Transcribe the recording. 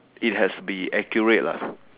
it has be accurate lah